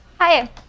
Hi